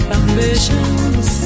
ambitions